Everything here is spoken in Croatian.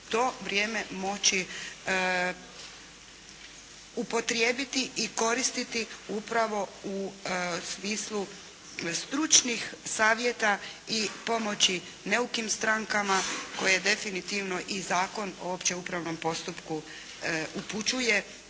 to vrijeme moći upotrijebiti i koristiti upravo u smislu stručnih savjeta i pomoći neukim strankama koje definitivno i Zakon o općem upravnom postupku upućuje